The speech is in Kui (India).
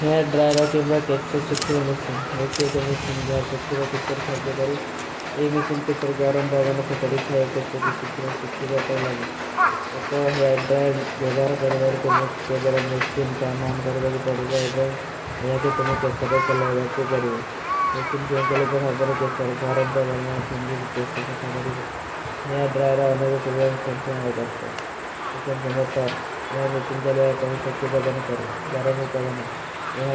ହେର୍ଡ୍ରାଯର କେ ବାଦ କେସର ସୁଖୀ ବାଦ ମେଶିନ, ଯହୁଚୀ ଏକ ମେଶିନ ଜା ସୁଖୀ ବାଦ କେସର ସାଜେ କରେଂ। ଏକ ମେଶିନ କେସର ଗରମ ପାବାନ ପପଡୀ ଥା, ଏକ କେସର କୋ ସୁଖୀ ବାଦ ପଡୀ ଲାଗେଂ। ଏକ ହେର୍ଡ୍ରାଯର ବେବାର କରୀ ବାଦ ତୁମ୍ହୋଂ କେ ବାଦ ମେଶିନ ଟନ ଆନ କରୀ ବାଦ ପଡୀ ବାଦ ଏବଂ, ଯହାଁ କୋ ତୁମ୍ହୋଂ କେସର ଚଲାଈ ବାଦ କୋ ପଡୀ ବାଦ। ମେଶିନ ସୁଖୀ ଜା ଭାବରେ କେସର ଗରମ ପାବାନ ମେଂ ଫିଂଗୀ ଭୀ କେସର ସୁଖା କରୀ ବାଦ। ଏକ ହେର୍ଡ୍ରାଯର ବେବାର କରୀ ବାଦ ତୁମ୍ହୋଂ କେ ବାଦ ମେଶିନ ଟନ ଆନ କରୀ ବାଦ ପଡୀ ବାଦ ତୁମ୍ହୋଂ କେସର। ଗରମ ପାବାନ ମେଂ ଫିଂଗୀ ଭୀ କେସର ଗରମ ପାବାନ ମେଂ ଫିଂଗୀ ବାଦ ତୁମ୍ହୋଂ କେସର ଗରମ ପାବାନ ମେଂ ଫିଂଗୀ। ବାଦ ତୁମ୍ହୋଂ କେସର ଗରମ ପାବାନ ମେଂ ଫିଂଗୀ